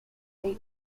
they